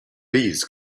bees